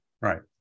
Right